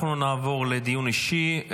אנחנו נעבור לדיון אישי.